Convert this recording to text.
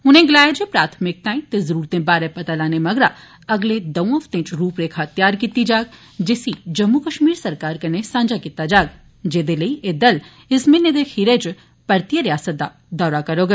उनें गलाया जे प्राथमिकताएं ते जरुरतें बारै पता लाने मगरा अगले दंऊ हफ्तें च रुपरेखा त्यार कीती जाग जिसी जम्मू कश्मीर सरकार कन्नै सांझा कीता जाग जेदे लेई एह दल इस म्हीने दे खीरै च परतियै रियासत दा दौरा करौग